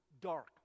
dark